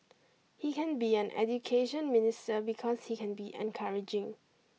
he can be an Education Minister because he can be encouraging